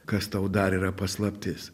kas tau dar yra paslaptis